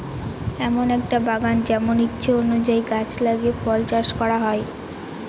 এমন একটা বাগান যেমন ইচ্ছে অনুযায়ী গাছ লাগিয়ে ফল চাষ করা হয়